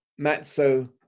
matzo